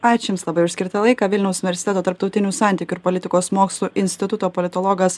ačiū jums labai už skirtą laiką vilniaus universiteto tarptautinių santykių ir politikos mokslų instituto politologas